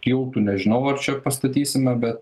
tiltų nežinau ar čia pastatysime bet